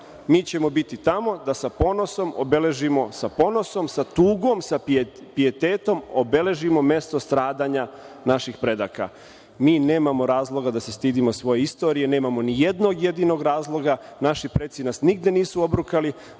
mi ćemo biti tamo da sa ponosom, sa tugom, sa pijetetom obeležimo mesto stradanja naših predaka. Nemamo razloga da se stidimo svoje istorije, nemamo ni jednog jedinog razloga. Naši preci nas nisu nigde obrukali